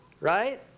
right